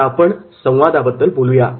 आता आपण संवादा बद्दल बोलू या